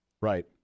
Right